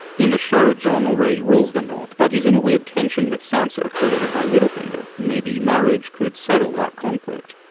in the show, jon already rules the north, but he's in a weird tension with sansa created by littlefinger maybe marriage could settle that conflict.